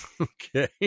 Okay